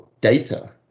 data